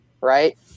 Right